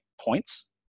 points